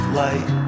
light